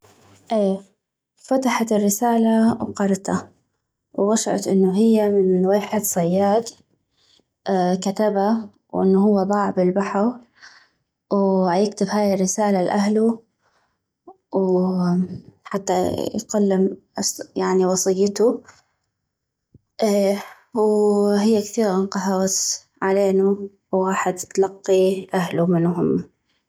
اي وفتحت الرسالة وقرته وغشعت انو هي من ويحد صياد كتبا وانو هو ضاع بالبحغ وعيكتب هاي الرسالة لاهلو وحتى يقلم يعني وصيتو اي وهي كثيغ انقهغت علينو وغاحت تلقي اهلو منو هما